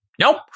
Nope